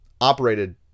operated